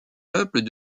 peuples